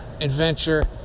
adventure